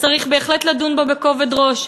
וצריך בהחלט לדון בו בכובד ראש,